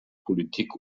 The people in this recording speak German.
politik